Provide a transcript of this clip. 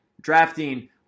drafting